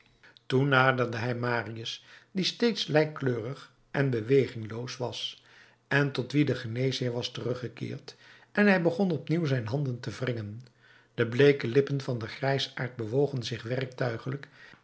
toen naderde hij marius die steeds lijkkleurig en bewegingloos was en tot wien de geneesheer was teruggekeerd en hij begon opnieuw zijn handen te wringen de bleeke lippen van den grijsaard bewogen zich werktuiglijk